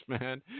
man